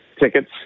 tickets